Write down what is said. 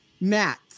Matt